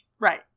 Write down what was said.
Right